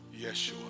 Yeshua